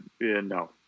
No